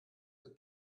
für